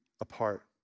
apart